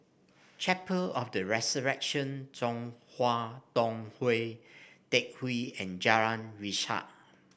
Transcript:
Chapel of The Resurrection Chong Hua Tong Teck Hwee and Jalan Resak